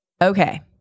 Okay